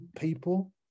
people